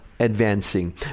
Advancing